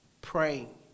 praying